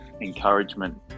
encouragement